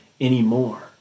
anymore